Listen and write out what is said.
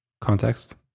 context